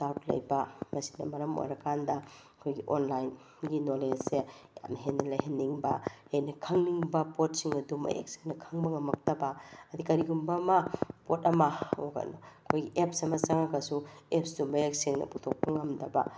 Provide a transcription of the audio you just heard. doubt ꯂꯩꯕ ꯃꯁꯤꯅ ꯃꯔꯝ ꯑꯣꯏꯔꯀꯥꯟꯗ ꯑꯩꯈꯣꯏꯒꯤ ꯑꯣꯟꯂꯥꯏꯟꯒꯤ ꯅꯣꯂꯦꯖꯁꯦ ꯌꯥꯃ ꯍꯦꯟꯅ ꯂꯩꯍꯟꯅꯤꯡꯕ ꯍꯦꯟꯅ ꯈꯪꯅꯤꯡꯕ ꯄꯣꯠꯁꯤꯡ ꯑꯗꯨ ꯃꯌꯦꯛ ꯁꯦꯡꯅ ꯈꯪꯕ ꯉꯝꯃꯛꯇꯕ ꯑꯗꯤ ꯀꯔꯤꯒꯨꯝꯕ ꯑꯃ ꯄꯣꯠ ꯑꯃ ꯑꯩꯈꯣꯏꯒꯤ ꯑꯦꯞꯁ ꯑꯃ ꯆꯪꯉꯒꯁꯨ ꯑꯦꯞꯁꯇꯨ ꯃꯌꯦꯛ ꯁꯦꯡꯅ ꯄꯨꯊꯣꯛꯄ ꯉꯝꯗꯕ